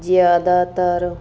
ਜ਼ਿਆਦਾਤਰ